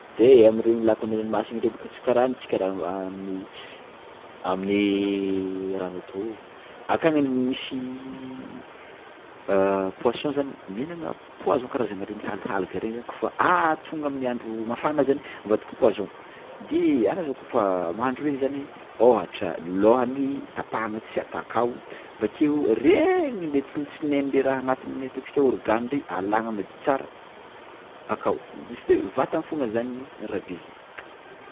De amreny lako andranomasiny regny bôka tsy kara tsy kara amin'ny amin'ny raha tô akagny misy poisson zany mihinagna poison karazany algue algue regny zany kôfa tônga amin'ny andro mafana zany mivadika poison dia are kôfa mahandro regny zany ôhatra lôhany tapahagna tsy ata akao bakeo regny tsinaintsinaingny le raha angatiny ataontsika organe regny alagna madio tsara akao juste vatany fôgna zany rabeziny.